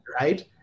Right